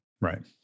Right